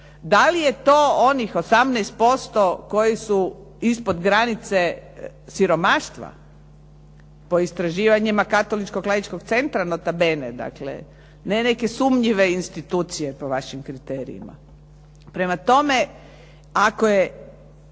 Da li je to onih 18% koji su ispod granice siromaštva, po istraživanjima katoličkog laičkog centra "Nota bene", ne neke sumnjive institucije po vašim kriterijima. Prema tome, ako